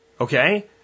Okay